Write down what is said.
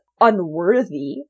unworthy